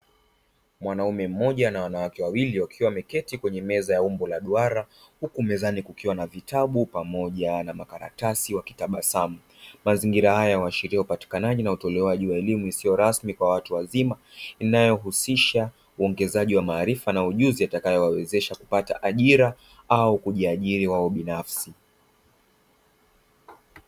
Mwanaume mmoja na wanawake wawili wakiwa wameketi kwenye meza ya umbo la duara huku mezani kukiwa na vitabu pamoja na makaratasi wakitabamu. Mazingira haya huashiria upatikanaji na utolewaji wa elimu isiyo rasmi kwa watu wazima, inayohusisha uongezaji wa maarifa na ujuzi yatakayowawezesha kupata ajira au kujiajiri wao binafsi.